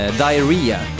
diarrhea